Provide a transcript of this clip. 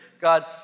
God